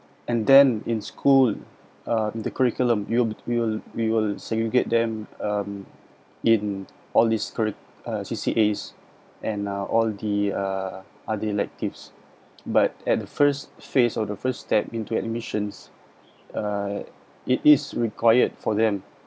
and then in school uh the curriculum you'll you'll segregate them um in all this curri~ C_C_A and uh all the uh the electives but at the first phase of the first step into admissions uh it is required for them